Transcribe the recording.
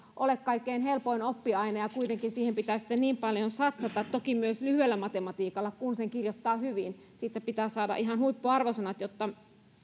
ole kaikkein helpoin oppiaine ja kuitenkin siihen pitää niin paljon satsata toki myös lyhyestä matematiikasta kun sen kirjoittaa hyvin pitää saada ihan huippuarvosanat jotta